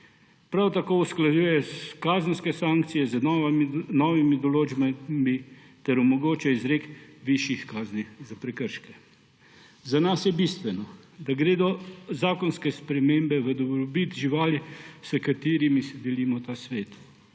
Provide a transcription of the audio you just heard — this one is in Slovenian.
Prav tako usklajuje kazenske sankcije z novimi določbami ter omogoča izrek višjih kazni za prekrške. Za nas je bistveno, da gredo zakonske spremembe v dobrobit živali, s katerimi si delimo ta svet.